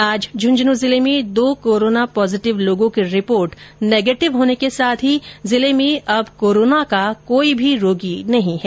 आज झुन्झुन्न् जिले में यो कोरोना पॉजिटिव लोगो की रिपोर्ट नेगेटिव होने के साथ ही जिले में अब कोरोना का कोई भी रोगी नही है